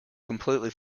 completely